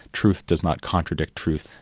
truth does not contradict truth,